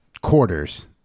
quarters